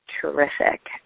Terrific